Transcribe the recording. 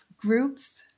groups